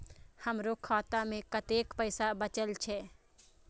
हमरो खाता में कतेक पैसा बचल छे?